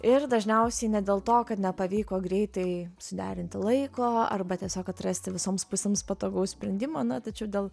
ir dažniausiai ne dėl to kad nepavyko greitai suderinti laiko arba tiesiog atrasti visoms pusėms patogaus sprendimo na tačiau dėl